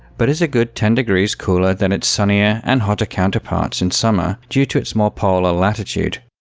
but is a good ten degrees cooler than its sunnier and hotter counterparts in summer due to its more polar latitude.